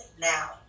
now